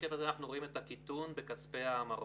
בשקף הזה (שקף 5) אנחנו רואים את הקיטון בכספי ההמרות.